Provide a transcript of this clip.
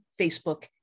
Facebook